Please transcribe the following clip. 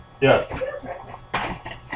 Yes